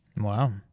Wow